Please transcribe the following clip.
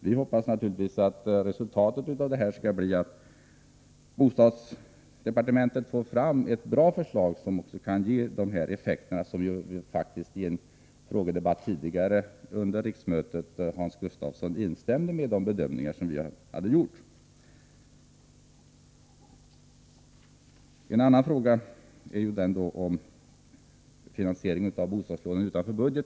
Vi hoppas naturligtvis att resultatet skall bli att bostadsdepartementet får fram bra förslag. I en frågedebatt tidigare under riksmötet instämde Hans Gustafsson i de bedömningar som vi gjorde. En annan fråga är finansieringen av bostadslån utanför budgeten.